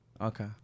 Okay